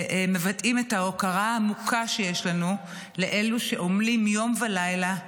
ומבטאים את ההוקרה העמוקה שיש לנו לאלו שעמלים יום ולילה,